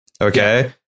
Okay